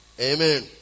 Amen